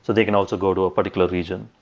so they can also go to a particular region,